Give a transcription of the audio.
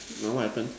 my what happen